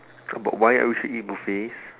about why we should eat buffets